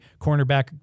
Cornerback